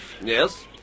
Yes